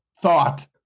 thought